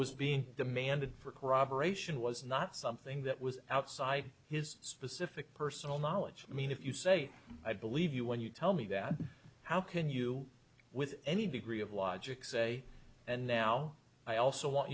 was being demanded for corroboration was not something that was outside his specific personal knowledge i mean if you say i believe you when you tell me that how can you with any degree of logic say and now i also want